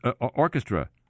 Orchestra